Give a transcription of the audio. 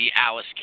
Alice